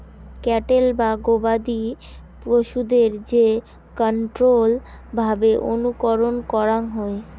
cattle বা গবাদি পশুদের যে কন্ট্রোল্ড ভাবে অনুকরণ করাঙ হই